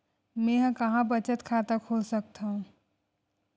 मेंहा कहां बचत खाता खोल सकथव?